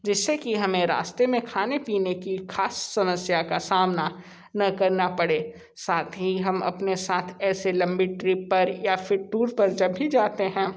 जिस से कि हमें रास्ते में खाने पीने की ख़ास समस्या का सामना ना करना पड़े साथ ही हम अपने साथ ऐसी लम्बी ट्रिप पर या फिर टूर पर जब भी जाते हैं